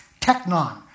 technon